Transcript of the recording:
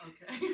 Okay